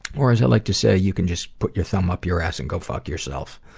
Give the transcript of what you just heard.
or as i like to say, you can just put your thumb up your ass and go fuck yourself.